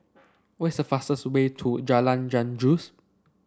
what is the fastest way to Jalan Janggus